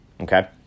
Okay